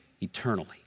eternally